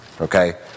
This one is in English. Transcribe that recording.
okay